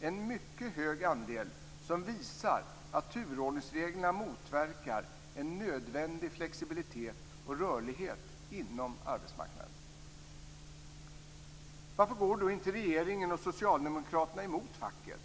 Det är en mycket hög andel, som visar att turordningsreglerna motverkar en nödvändig flexibilitet och rörlighet inom arbetsmarknaden. Varför går då inte regeringen och Socialdemokraterna emot facket?